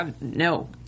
no